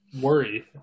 worry